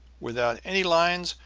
without any lines,